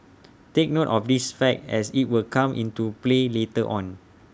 take note of this fact as IT will come into play later on